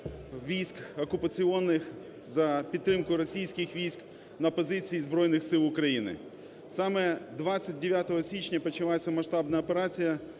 військ окупаційних за підтримкою російських військ на позиції Збройних Сил України. Саме 29 січня почалася масштабна операція.